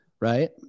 right